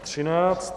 13.